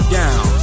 down